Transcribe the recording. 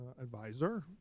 advisor